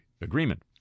agreement